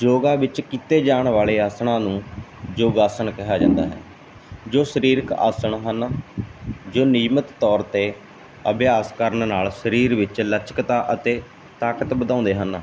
ਯੋਗਾ ਵਿੱਚ ਕੀਤੇ ਜਾਣ ਵਾਲੇ ਆਸਨਾਂ ਨੂੰ ਯੋਗ ਆਸਨ ਕਿਹਾ ਜਾਂਦਾ ਹੈ ਜੋ ਸਰੀਰਕ ਆਸਨ ਹਨ ਜੋ ਨਿਯਮਤ ਤੌਰ 'ਤੇ ਅਭਿਆਸ ਕਰਨ ਨਾਲ ਸਰੀਰ ਵਿੱਚ ਲਚਕਤਾ ਅਤੇ ਤਾਕਤ ਵਧਾਉਂਦੇ ਹਨ